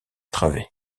travées